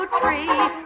tree